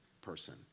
person